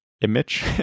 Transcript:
image